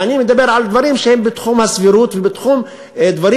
ואני מדבר על דברים שהם בתחום הסבירות ודברים שיכולים